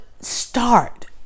start